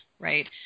Right